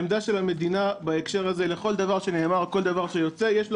שנאמר בהקשר עמדת המדינה בעניין הזה וכל דבר שיוצא יש לו